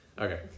Okay